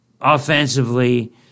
offensively